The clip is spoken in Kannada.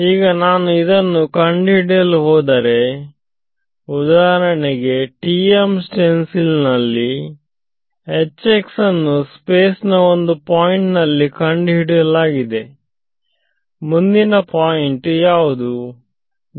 ಈಗ ನಾನು ಇದನ್ನು ಕಂಡು ಹಿಡಿಯಲು ಹೋದರೆ ಉದಾಹರಣೆಗೆ ಟಿಎಂ ಸ್ಟೆನ್ಸಿಲ್ ನಲ್ಲಿ ಅನ್ನು ಸ್ಪೇಸ್ ನ ಒಂದು ಪಾಯಿಂಟ್ ನಲ್ಲಿ ಕಂಡುಹಿಡಿಯಲಾಗಿದೆಮುಂದಿನ ಪಾಯಿಂಟ್ ಯಾವುದು